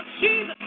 Jesus